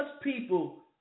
people